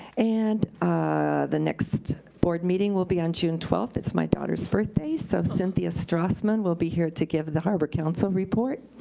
and the next board meeting will be on june twelfth, it's my daughter's birthday, birthday, so cynthia straussman will be here to give the harbor council report.